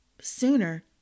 sooner